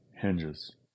hinges